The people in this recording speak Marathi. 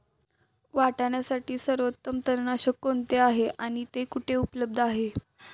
वाटाण्यासाठी सर्वोत्तम तणनाशक कोणते आहे आणि ते कुठे उपलब्ध आहे?